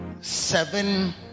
seven